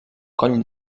coll